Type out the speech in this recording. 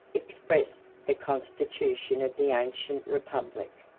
expressed the constitution of the ancient republic.